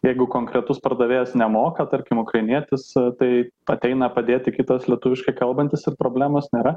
jeigu konkretus pardavėjas nemoka tarkim ukrainietis tai ateina padėti kitas lietuviškai kalbantis ir problemos nėra